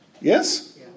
Yes